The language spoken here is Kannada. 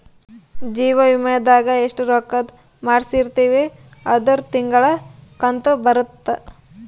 ಜೀವ ವಿಮೆದಾಗ ಎಸ್ಟ ರೊಕ್ಕಧ್ ಮಾಡ್ಸಿರ್ತಿವಿ ಅದುರ್ ತಿಂಗಳ ಕಂತು ಇರುತ್ತ